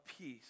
peace